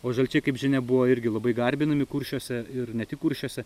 o žalčiai kaip žinia buvo irgi labai garbinami kuršiuose ir ne tik kuršiuose